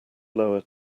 lower